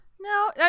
No